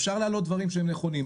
אפשר להעלות דברים שהם נכונים,